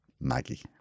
Maggie